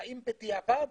האם בדיעבד